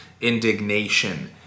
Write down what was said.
indignation